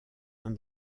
uns